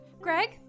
Greg